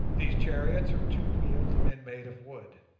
these chariots are two-wheeled, and made of wood.